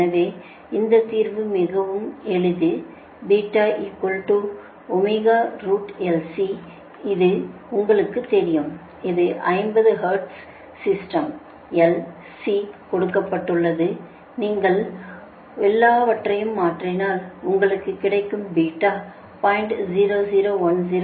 எனவே இந்த தீர்வு மிகவும் எளிது அது உங்களுக்கு தெரியும் இது 50 ஹெர்ட்ஸ் சிஸ்டம் L C கொடுக்கப்பட்டுள்ளது நீங்கள் எல்லாவற்றையும் மாற்றினால் உங்களுக்கு கிடைக்கும் பீட்டா 0